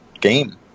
game